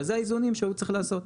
ואלו האיזונים שהוא צריך לעשות.